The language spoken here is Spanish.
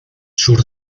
sur